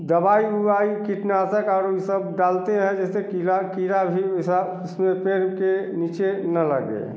दवाई ववाई कीटनाशक और वह सब डालते हैं जैसे कीड़ा कीड़ा भी ऐसा इसमें पेड़ के नीचे ना लगे